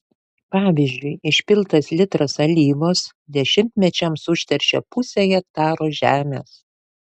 pavyzdžiui išpiltas litras alyvos dešimtmečiams užteršia pusę hektaro žemės